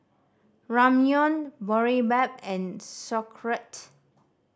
Ramyeon Boribap and Sauerkraut